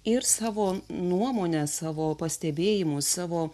ir savo nuomonę savo pastebėjimus savo